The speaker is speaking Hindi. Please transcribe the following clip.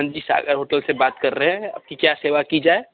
हाँ जी सागर होटल से बात कर रहे हैं आपकी क्या सेवा की जाए